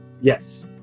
yes